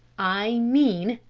i mean,